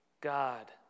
God